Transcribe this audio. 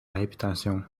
réputation